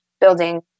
building